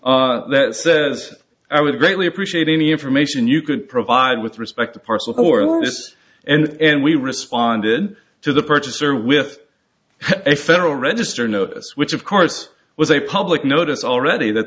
e that says i would greatly appreciate any information you could provide with respect to parcel houris and we responded to the purchaser with a federal register notice which of course was a public notice already that